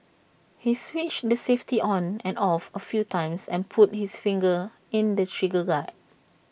he switched the safety on and off A few times and put his finger in the trigger guard